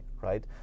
right